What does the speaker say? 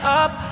up